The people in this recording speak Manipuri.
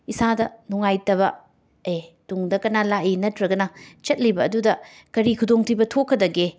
ꯏꯁꯥꯗ ꯅꯨꯡꯉꯥꯏꯇꯕ ꯑꯦ ꯇꯨꯡꯗ ꯀꯅꯥ ꯂꯥꯛꯏ ꯅꯠꯇ꯭ꯔꯒꯅ ꯆꯠꯂꯤꯕ ꯑꯗꯨꯗ ꯀꯔꯤ ꯈꯨꯗꯣꯡ ꯊꯤꯕ ꯊꯣꯛꯀꯗꯒꯦ